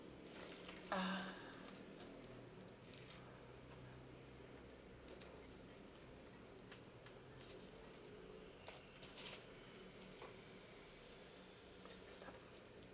ah